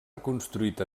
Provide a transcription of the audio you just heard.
reconstruït